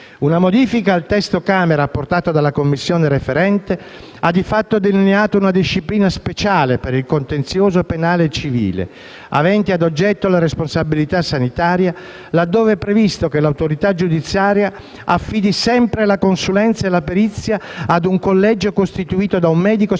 Una modifica al testo Camera apportata dalla Commissione referente ha di fatto delineato una disciplina speciale per il contenzioso penale e civile avente ad oggetto la responsabilità sanitaria laddove è previsto che l'autorità giudiziaria affidi sempre la consulenza e la perizia a un collegio costituito da un medico specializzato